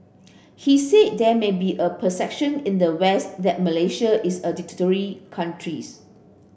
he said there may be a perception in the West that Malaysia is a dictatorial countries